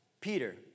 Peter